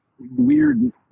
weird